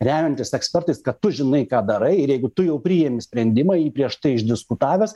remiantis ekspertais kad tu žinai ką darai ir jeigu tu jau priimi sprendimą jį prieš tai išdiskutavęs